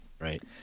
right